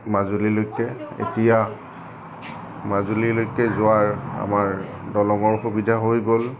মাজুলীলৈকে এতিয়া মাজুলীলৈকে যোৱাৰ আমাৰ দলঙৰ সুবিধা হৈ গ'ল